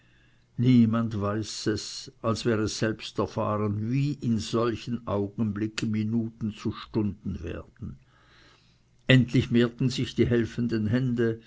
niemand weiß als wer es selbst erfahren wie in solchen augenblicken minuten zu stunden werden endlich mehrten sich die helfenden hände